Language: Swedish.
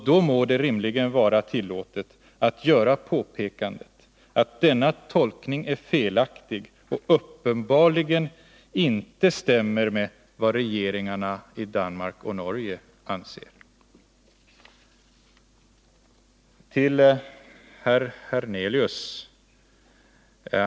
Då må det rimligen vara tillåtet att göra påpekandet att denna tolkning är felaktig och uppenbarligen inte stämmer med vad regeringarna i Danmark och Norge anser. Jag vänder mig nu till herr Hernelius.